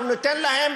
אנחנו ניתן להם